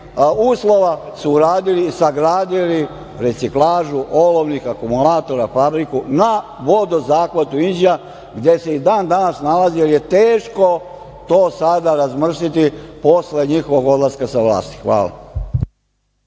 uslova su uradili i sagradili reciklažu olovnih akumulatora, fabriku na vodozahvatu Inđija, gde se i dan-danas nalazi, jer je teško to sada razmrsiti posle njihovog odlaska sa vlasti. Hvala.